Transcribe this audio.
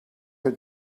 had